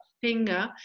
finger